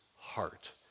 heart